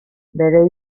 bere